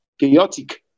chaotic